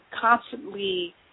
constantly –